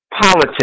politics